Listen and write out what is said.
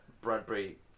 Bradbury